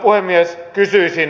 arvoisa puhemies